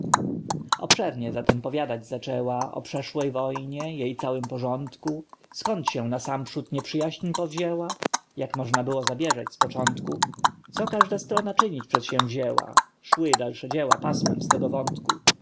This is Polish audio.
obszernie zatem powiadać zaczęła o przeszłej wojnie jej całym porządku zkąd się nasamprzód nieprzyjaźń powzięła jak można było zabieżeć z początku co każda strona czynić przedsięwzięła szły dalsze dzieła pasmem z tego wątku